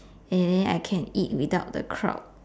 and then I can eat without the crowd